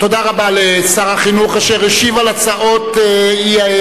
תודה רבה לשר החינוך אשר השיב על הצעות האי-אמון,